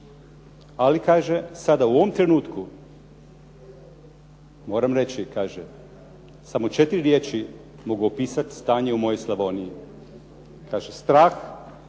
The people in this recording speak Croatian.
ali kaže sada u ovom trenutku moram reći kaže sa samo četiri riječi mogu opisati stanje u mojoj Slavoniji.